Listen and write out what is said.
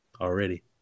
already